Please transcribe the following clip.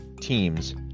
teams